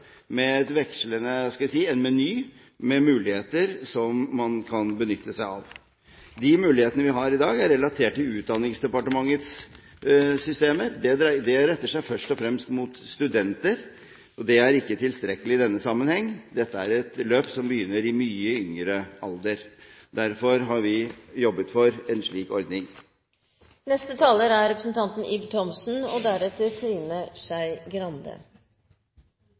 med en vekslende meny med muligheter som man kan benytte seg av. De mulighetene vi har i dag, er relatert til Kunnskapsdepartementets systemer. Det retter seg først og fremst mot studenter, og det er ikke tilstrekkelig i denne sammenhengen. Dette er et løp som begynner i mye yngre alder. Derfor har vi jobbet for en slik ordning. Det er lovfestet at alle kommuner skal ha et kulturskoletilbud. Siden den gangen har kulturskolen hatt en stor vekst og